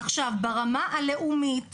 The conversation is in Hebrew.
עכשיו, ברמה הלאומית